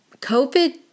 COVID